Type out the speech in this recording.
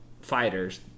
Fighters